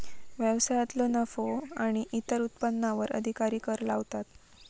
व्यवसायांतलो नफो आणि इतर उत्पन्नावर अधिकारी कर लावतात